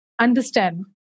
understand